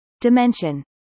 Dimension